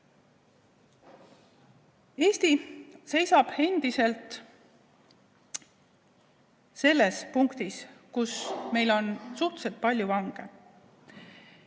Eesti seisab endiselt selles punktis, kus meil on suhteliselt palju vange.